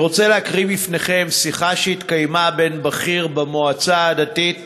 אני רוצה להקריא לפניכם שיחה שהתקיימה בין בכיר במועצה הדתית